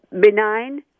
benign